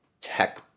tech